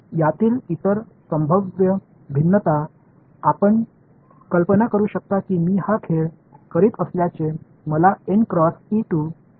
यातील इतर संभाव्य भिन्नता आपण कल्पना करू शकता की मी हा खेळ करीत असल्याने मला एन क्रॉस ई 2 ठेवणे आवश्यक आहे